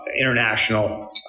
international